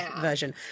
version